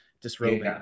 disrobing